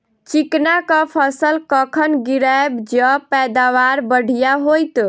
चिकना कऽ फसल कखन गिरैब जँ पैदावार बढ़िया होइत?